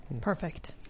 Perfect